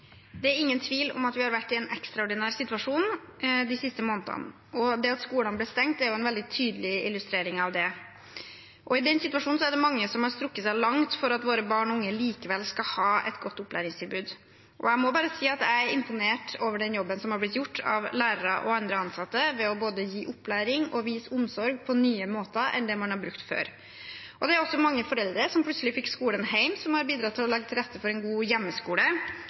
Det er ingen tvil om at vi har vært i en ekstraordinær situasjon de siste månedene, og det at skolene ble stengt, er en veldig tydelig illustrasjon av det. I denne situasjonen er det mange som har strukket seg langt for at våre barn og unge likevel skal ha et godt opplæringstilbud. Jeg må bare si at jeg er imponert over den jobben som har blitt gjort av lærere og andre ansatte ved både å gi opplæring og å vise omsorg på nye måter enn det man har gjort før. Det er også mange foreldre som plutselig fikk skolen hjem, som har bidratt til å legge til rette for en god hjemmeskole,